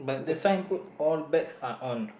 the sign put all bags are on